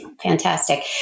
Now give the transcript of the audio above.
fantastic